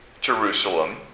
Jerusalem